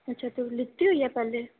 ਅੱਛਾ ਤੂੰ ਲਿੱਤੀ ਹੋਈ ਹੈ ਪਹਿਲੇ